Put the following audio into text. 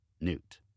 Newt